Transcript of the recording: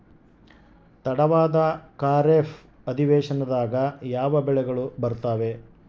ತಡವಾದ ಖಾರೇಫ್ ಅಧಿವೇಶನದಾಗ ಯಾವ ಬೆಳೆಗಳು ಬರ್ತಾವೆ?